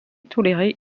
tolérés